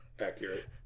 accurate